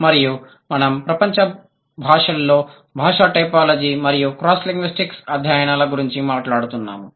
మరియు మనము భాష ప్రపంచంలో భాషా టైపోలాజీ మరియు క్రాస్ లింగ్విస్టిక్ అధ్యయనాల గురించి మాట్లాడుతున్నాము